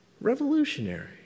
Revolutionary